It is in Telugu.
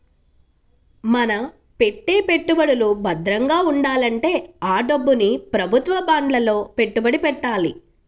మన పెట్టే పెట్టుబడులు భద్రంగా ఉండాలంటే ఆ డబ్బుని ప్రభుత్వ బాండ్లలో పెట్టుబడి పెట్టాలి